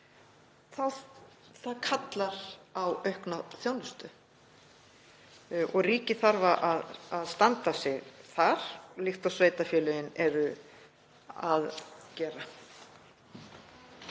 þá kallar það á aukna þjónustu. Ríkið þarf að standa sig þar líkt og sveitarfélögin eru að gera.